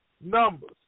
Numbers